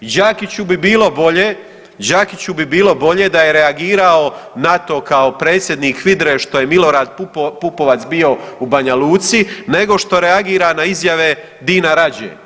Đakiću bi bilo bolje, Đakiću bi bilo bolje da je reagirao na to kao predsjednik HVIDRA-e što je Milorad Pupovac bio u Banja Luci, nego što reagira na izjave Dina Rađe.